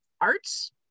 arts